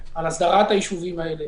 החלטת ממשלה על הסדרת הישובים האלה